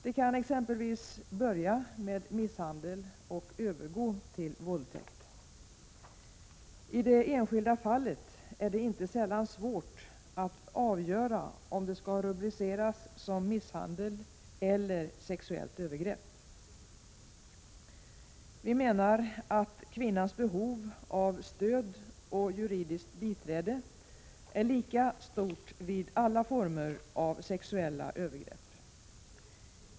Det kan exempelvis börja med misshandel och övergå till våldtäkt. I det enskilda fallet är det inte sällan svårt att avgöra om det skall rubriceras som misshandel eller sexuellt övergrepp. Vi menar att kvinnans behov av stöd och juridiskt biträde är lika stort vid alla former av sexuella övergrepp.